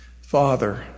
Father